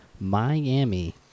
Miami